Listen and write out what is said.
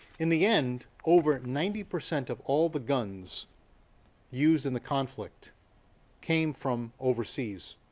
in the end, over ninety percent of all the guns used in the conflict came from overseas,